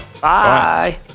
Bye